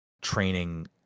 training